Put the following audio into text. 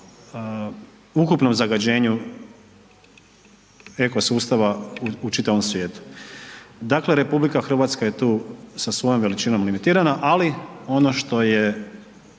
na ukupnom zagađenju eko sustava u čitavom svijetu. Dakle, RH je tu sa svojom veličinom limitirana, ali ono što je,